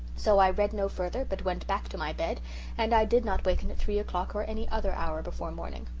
so i read no further but went back to my bed and i did not waken at three o'clock or at any other hour before morning